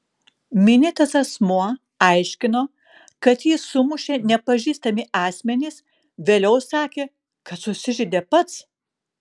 minėtas asmuo aiškino kad jį sumušė nepažįstami asmenys vėliau sakė kad susižeidė pats